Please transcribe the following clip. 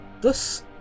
thus